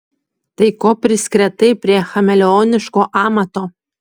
tai ko priskretai prie chameleoniško amato